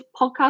podcast